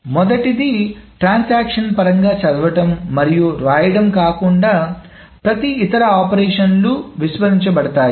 మొదటిది ట్రాన్సాక్షన్ పరంగా చదవడం మరియు వ్రాయడం కాకుండా ప్రతి ఇతర ఆపరేషన్లను విస్మరించ బడతాయి